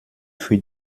für